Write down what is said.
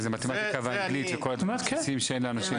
מה זה מתמטיקה ואנגלית שאין לאנשים?